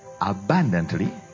abundantly